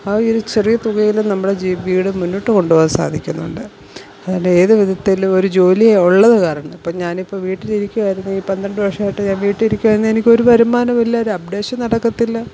ആ ഒരു ചെറിയ തുകയില് നമ്മുടെ ജി വീട് മുന്നോട്ട് കൊണ്ടുപോകാൻ സാധിക്കുന്നുണ്ട് അതല്ല ഏത് വിധത്തേലും ഒരു ജോലി ഉള്ളതുകാരണം ഇപ്പോള് ഞാനിപ്പോള് വീട്ടില് ഇരിക്കുകയായിരുന്നീ പന്ത്രണ്ട് വർഷമായിട്ട് ഞാൻ വീട്ടില് ഇരിക്കുകയായിരുന്നേ എനിക്കൊരു വരുമാനവും ഇല്ല ഒരപ്പ്ഡേഷൻ നടക്കത്തില്ല